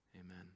amen